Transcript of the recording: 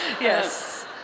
yes